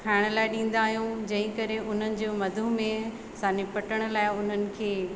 खाइण लाइ ॾींदा आहियूं जंहिं करे हुननि जो मधूमेह सां निपटण लाइ हुननि खे